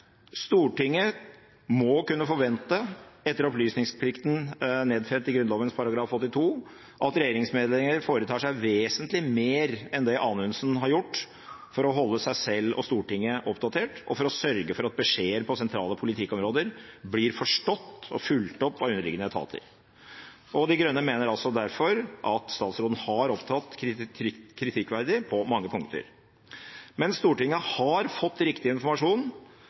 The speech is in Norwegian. Stortinget må kunne forvente, etter opplysningsplikten nedfelt i Grunnloven § 82, at regjeringsmedlemmer foretar seg vesentlig mer enn det Anundsen har gjort for å holde seg selv og Stortinget oppdatert, og for å sørge for at beskjeder på sentrale politikkområder blir forstått og fulgt opp av underliggende etater. De Grønne mener derfor at statsråden har opptrådt kritikkverdig på mange punkter. Men Stortinget har fått riktig informasjon